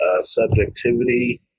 subjectivity